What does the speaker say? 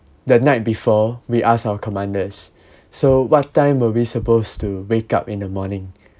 the night before we ask our commanders so what time were we supposed to wake up in the morning